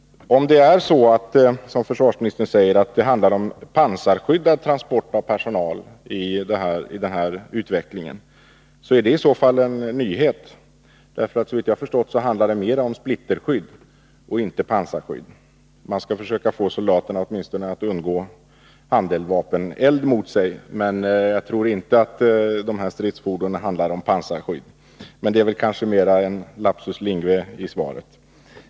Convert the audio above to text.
Om det är så som försvarsministern säger, att det i den här utvecklingen handlar om pansarskyddad transport av personal, är det i så fall en nyhet, för såvitt jag förstått handlar det om splitterskydd och inte om pansarskydd, dvs. att man skall försöka få soldaterna att åtminstone undgå eld från handeldvapen. När det gäller dessa stridsfordon tror jag inte att det handlar om pansarskydd, men det är kanske mera en lapsus linguae i svaret.